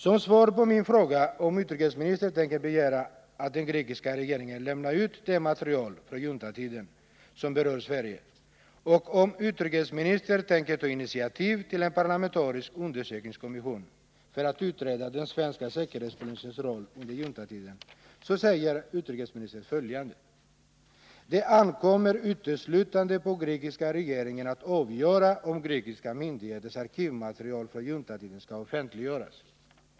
Som svar på min fråga om utrikesministern tänker begära att den grekiska regeringen lämnar ut det material från juntatiden som berör Sverige och om utrikesministern tänker ta initiativ till en parlamentarisk undersökningskommission för att utreda den svenska säkerhetspolisens roll under juntatiden, svarar utrikesministern följande: ”Det ankommer uteslutande på den grekiska regeringen att avgöra om grekiska myndigheters arkivmaterial från juntatiden skall offentliggöras.